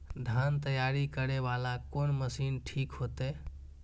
धान तैयारी करे वाला कोन मशीन ठीक होते?